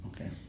Okay